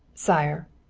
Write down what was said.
sire.